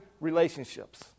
relationships